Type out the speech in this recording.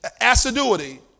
assiduity